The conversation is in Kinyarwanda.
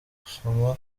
gusoma